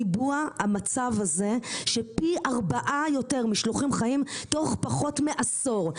ריבוע המצב הזה שפי ארבעה יותר משלוחים חיים תוך פחות מעשור,